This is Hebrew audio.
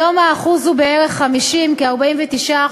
היום האחוז הוא בערך 50, כ-49%.